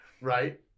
right